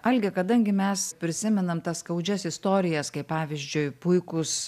alge kadangi mes prisimenam tas skaudžias istorijas kaip pavyzdžiui puikūs